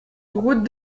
route